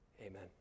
Amen